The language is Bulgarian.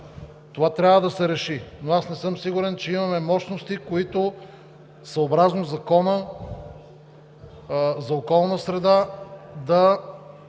Това трябва да се реши, но аз не съм сигурен, че имаме мощности, които съобразно Закона за околната среда и